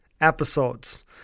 episodes